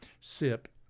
Sip